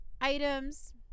items